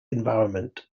environment